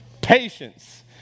patience